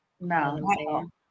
no